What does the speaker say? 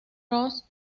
ross